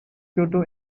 kyoto